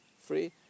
free